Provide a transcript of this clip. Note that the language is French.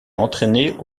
entraîner